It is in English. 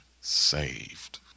saved